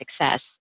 success